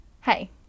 Hey